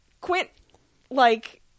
Quint-like